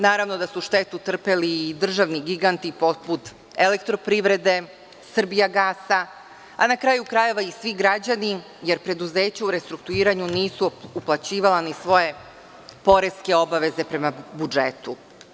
Naravno, štetu su trpeli i državni giganti, poput Elektroprivrede, Srbija gasa, a na kraju krajeva, i svi građani, jer preduzeća u restrukturiranju nisu uplaćivala svoje poreske obaveze prema budžetu.